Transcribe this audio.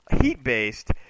heat-based